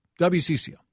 WCCO